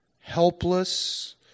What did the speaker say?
helpless